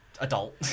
adult